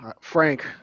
Frank